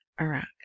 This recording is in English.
iraq